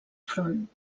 front